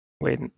Wait